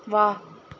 ਵਾਹ